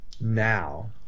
now